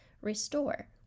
restore